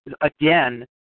again